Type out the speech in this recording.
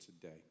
today